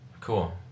cool